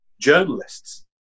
journalists